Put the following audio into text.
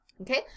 Okay